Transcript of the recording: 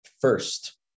First